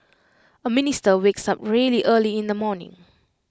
A minister wakes up really early in the morning